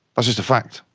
that's just a fact,